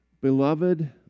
Beloved